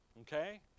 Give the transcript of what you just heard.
okay